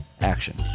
action